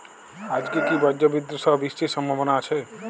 আজকে কি ব্রর্জবিদুৎ সহ বৃষ্টির সম্ভাবনা আছে?